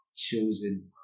Chosen